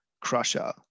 crusher